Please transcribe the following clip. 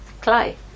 clay